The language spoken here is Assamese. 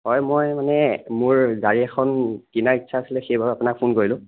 হয় মই মানে মোৰ গাড়ী এখন কিনাৰ ইচ্ছা আছিলে সেইবাবে আপোনাক ফোন কৰিলোঁ